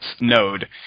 Node